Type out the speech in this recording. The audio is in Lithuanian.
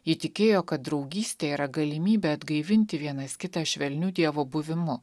ji tikėjo kad draugystė yra galimybė atgaivinti vienas kitą švelniu dievo buvimu